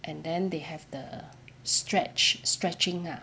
and then they have the stretch stretching lah